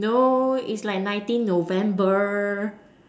no it's like nineteen November